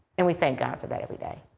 and we thank god for that every day.